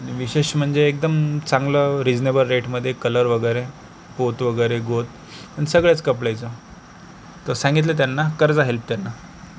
विशेष म्हणजे एकदम चांगलं रीजनेबल रेटमधे कलर वगैरे पोत वगैरे गोत आणि सगळ्याच कपड्याचं तर सांगितलं आहे त्यांना करजा हेल्प त्यांना